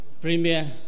Premier